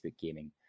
Gaming